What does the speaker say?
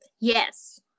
Yes